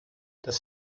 das